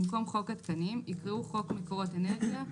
במקום "חוק התקנים" יקראו "חוק מקורות אנרגיה,